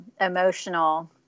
emotional